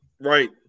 right